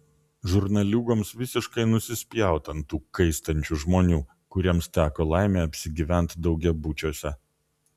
žurnaliūgoms visiškai nusispjaut ant tų kaistančių žmonių kuriems teko laimė apsigyvent daugiabučiuose